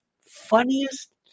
Funniest